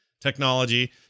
technology